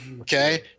okay